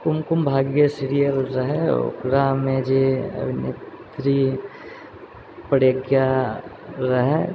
कुमकुम Bhagya serial रहै ओकरामे जे अभिनेत्री प्रज्ञा रहै